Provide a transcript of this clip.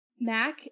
Mac